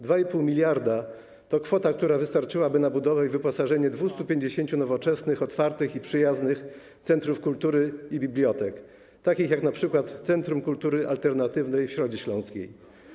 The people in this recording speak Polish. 2,5 mld to kwota, która wystarczyłaby na budowę i wyposażenie 250 nowoczesnych, otwartych i przyjaznych centrów kultury i bibliotek, takich jak na przykład Centrum Kultury Alternatywnej w Środzie Śląskiej.